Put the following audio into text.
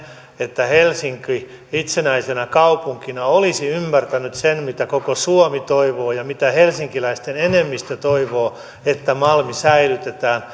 että helsinki itsenäisenä kaupunkina olisi ymmärtänyt sen mitä koko suomi toivoo ja mitä helsinkiläisten enemmistö toivoo että malmi säilytetään